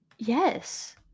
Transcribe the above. yes